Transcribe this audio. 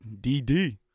DD